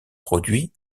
produit